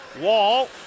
Wall